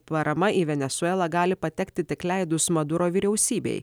parama į venesuelą gali patekti tik leidus manduro vyriausybei